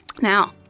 Now